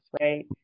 right